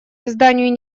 созданию